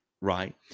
right